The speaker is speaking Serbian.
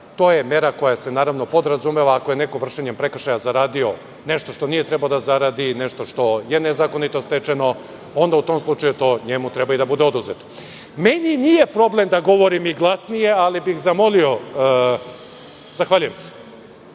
to je mera koja se naravno podrazumeva ako je neko vršenjem prekršaja zaradio nešto što nije trebalo da zaradi, nešto što je nezakonito stečeno, onda u tom slučaju njemu treba da bude i oduzeto. Meni nije problem da govorim i glasnije ali bih zamolio. Zahvaljujem se,